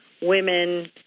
women